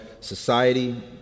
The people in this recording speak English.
society